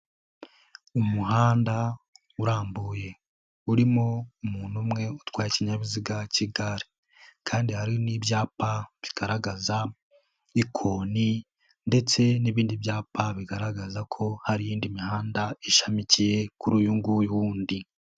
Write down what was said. Umuhanda urambuye urimo umuntu umwe utwaye ikinyabiziga cy'igare kandi hari n'ibyapa bigaragaza ikoni ndetse n'ibindi byapa bigaragaza ko hari iy'indi mihanda ishamikiye kuri uyu nguyu wundi.